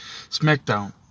SmackDown